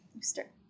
start